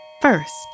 First